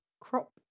crop